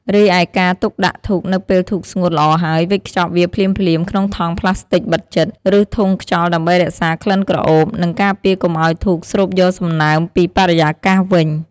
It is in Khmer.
រីឯការទុកដាក់ធូបនៅពេលធូបស្ងួតល្អហើយវេចខ្ចប់វាភ្លាមៗក្នុងថង់ប្លាស្ទិកបិទជិត ឬធុងខ្យល់ដើម្បីរក្សាក្លិនក្រអូប និងការពារកុំឱ្យធូបស្រូបយកសំណើមពីបរិយាកាសវិញ។